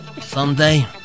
Someday